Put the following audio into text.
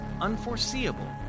unforeseeable